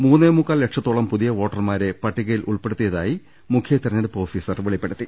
മൂന്നേമുക്കാൽ ലക്ഷ ത്തോളം പുതിയ വോട്ടർമാരെ പട്ടികയിൽ ഉൾപ്പെടുത്തിയതായി മുഖ്യ തെര ഞ്ഞെടുപ്പ് ഓഫീസർ വെളിപ്പെടുത്തി